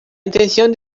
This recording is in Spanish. intención